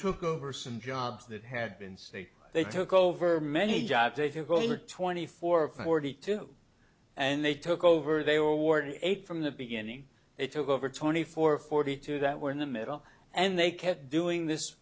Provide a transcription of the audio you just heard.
took over some jobs that had been saved they took over many jobs if you go over twenty four forty two and they took over they were awarded eight from the beginning it took over twenty four forty two that were in the middle and they kept doing this